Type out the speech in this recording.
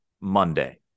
Monday